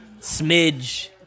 Smidge